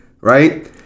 Right